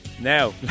Now